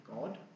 God